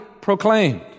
proclaimed